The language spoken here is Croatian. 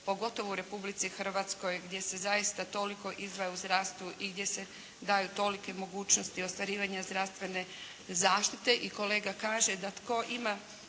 pogotovo u Republici Hrvatskoj gdje se zaista toliko izdvaja u zdravstvu i gdje se daju tolike mogućnosti ostvarivanja zdravstvene zaštite i kolega kaže da tko ima